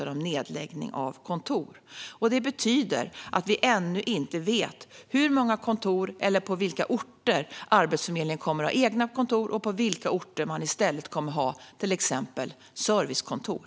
Det betyder att vi ännu inte vet på vilka orter Arbetsförmedlingen kommer att ha egna kontor och på vilka orter man i stället kommer att ha till exempel servicekontor.